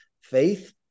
faith